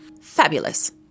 Fabulous